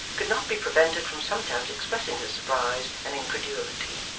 could not be prevented from sometimes expressing his surprise and incredulity.